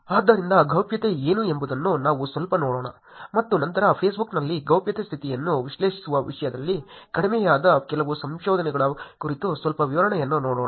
ಆದ್ದರಿಂದ ಗೌಪ್ಯತೆ ಏನು ಎಂಬುದನ್ನು ನಾವು ಸ್ವಲ್ಪ ನೋಡೋಣ ಮತ್ತು ನಂತರ ಫೇಸ್ಬುಕ್ನಲ್ಲಿ ಗೌಪ್ಯತೆ ಸ್ಥಿತಿಯನ್ನು ವಿಶ್ಲೇಷಿಸುವ ವಿಷಯದಲ್ಲಿ ಕಡಿಮೆಯಾದ ಕೆಲವು ಸಂಶೋಧನೆಗಳ ಕುರಿತು ಸ್ವಲ್ಪ ವಿವರವನ್ನು ನೀಡೋಣ